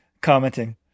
commenting